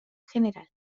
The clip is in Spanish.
general